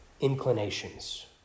inclinations